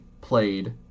played